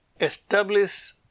establish